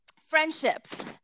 friendships